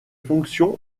fonctions